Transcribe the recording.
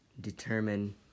determine